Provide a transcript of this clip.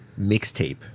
mixtape